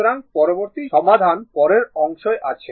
সুতরাং পরবর্তী সমাধান পরের অংশে আছে